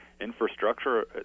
infrastructure